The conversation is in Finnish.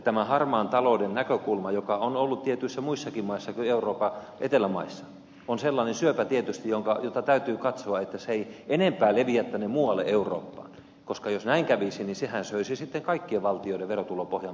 tämä harmaan talouden näkökulma joka on ollut tietyissä muissakin maissa kuin etelän maissa on tietysti sellainen syöpä jota täytyy katsoa että se ei enempää leviä tänne muualle eurooppaan koska jos näin kävisi sehän söisi kaikkien valtioiden verotulopohjan pois mennessään